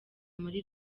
muri